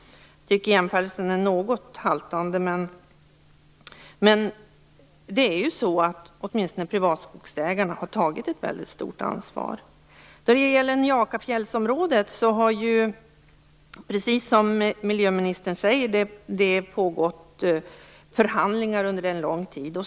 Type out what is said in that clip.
Jag tycker att jämförelsen är något haltande. Åtminstone privatskogsägarna har tagit ett väldigt stort ansvar. Då det gäller Njakafjällsområdet har det, precis som miljöministern säger, pågått förhandlingar under en lång tid.